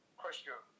question